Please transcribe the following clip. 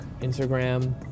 Instagram